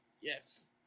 Yes